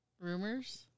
Rumors